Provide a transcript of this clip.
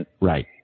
Right